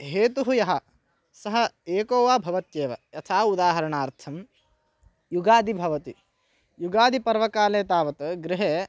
हेतुः यः सः एको वा भवत्येव यथा उदाहरणार्थं युगादि भवति युगादिपर्वकाले तावत् गृहे